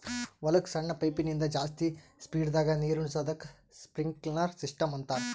ಹೊಲಕ್ಕ್ ಸಣ್ಣ ಪೈಪಿನಿಂದ ಜಾಸ್ತಿ ಸ್ಪೀಡದಾಗ್ ನೀರುಣಿಸದಕ್ಕ್ ಸ್ಪ್ರಿನ್ಕ್ಲರ್ ಸಿಸ್ಟಮ್ ಅಂತಾರ್